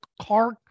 car